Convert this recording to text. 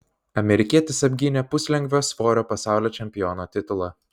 amerikietis apgynė puslengvio svorio pasaulio čempiono titulą